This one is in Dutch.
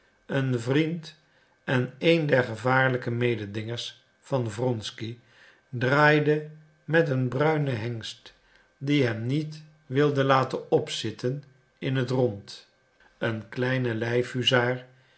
een vriend en een der gevaarlijke mededingers van wronsky draaide met een bruinen hengst die hem niet wilde laten opzitten in het rond een kleine lijfhuzaar